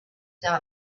done